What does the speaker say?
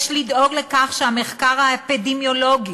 יש לדאוג לכך שהמחקר האפידמיולוגי,